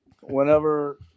whenever